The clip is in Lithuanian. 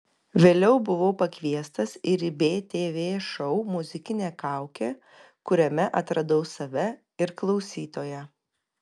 vėliau buvau pakviestas ir į btv šou muzikinė kaukė kuriame atradau save ir klausytoją